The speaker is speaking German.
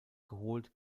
geholt